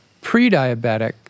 pre-diabetic